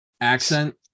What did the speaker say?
accent